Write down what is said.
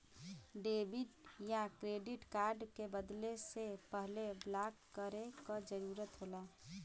debit या credit card के बदले से पहले ब्लॉक करे क जरुरत होला